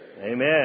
Amen